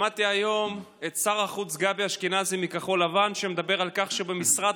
שמעתי היום את שר החוץ גבי אשכנזי מכחול לבן מדבר על כך שבמשרד